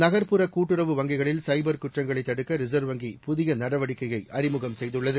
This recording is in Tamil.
நகர்புற கூட்டுறவு வங்கிகளில் சைபர் குற்றங்களைத் தடுக்க ரிசர்வ் வங்கி புதிய நடவடிக்கையை அறிமுகம் செய்துள்ளது